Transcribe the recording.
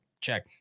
check